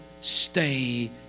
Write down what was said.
stay